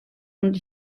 und